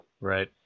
Right